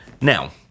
Now